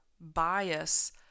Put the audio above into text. bias